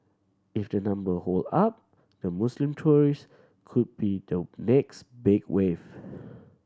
if the number hold up the Muslim tourist could be the next big wave